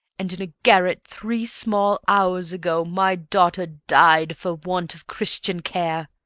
and in a garret three small hours ago my daughter died for want of christian care.